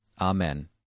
Amen